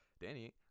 Danny